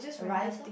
rice lor